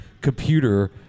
computer